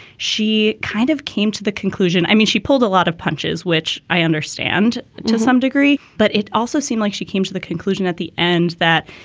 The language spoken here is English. she kind of came to the conclusion. i mean, she pulled a lot of punches, which i understand to some degree. but it also seemed like she came to the conclusion at the end that,